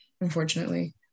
unfortunately